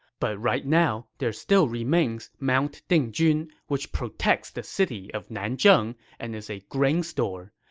but right now, there still remains mount dingjun, which protects the city of nanzheng and is a grain store.